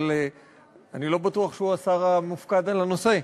אבל אני לא בטוח שהוא השר המופקד על הנושא.